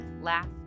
laugh